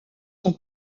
son